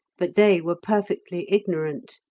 but they were perfectly ignorant.